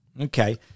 Okay